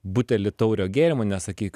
butelį taurio gėrimo nesakyk